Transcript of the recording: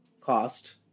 cost